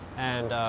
and,